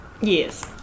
Yes